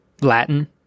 Latin